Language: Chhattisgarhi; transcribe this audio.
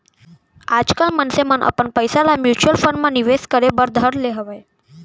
आजकल मनसे मन अपन पइसा ल म्युचुअल फंड म निवेस करे बर धर ले हवय